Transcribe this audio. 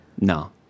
No